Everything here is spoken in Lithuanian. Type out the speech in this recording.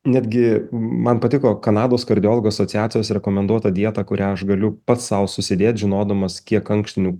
netgi man patiko kanados kardiologų asociacijos rekomenduota dieta kurią aš galiu pats sau susidėt žinodamas kiek ankštinių